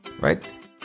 Right